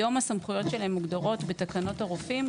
היום הסמכויות שלהם מוגדרות בתקנות הרופאים,